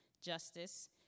justice